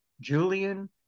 Julian